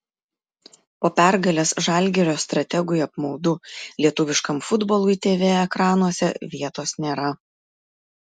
po pergalės žalgirio strategui apmaudu lietuviškam futbolui tv ekranuose vietos nėra